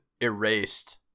Erased